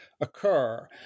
occur